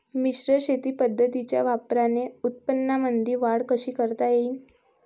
मिश्र शेती पद्धतीच्या वापराने उत्पन्नामंदी वाढ कशी करता येईन?